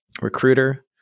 recruiter